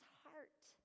heart